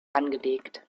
angelegt